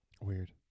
Weird